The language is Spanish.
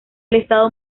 estado